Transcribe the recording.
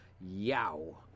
yow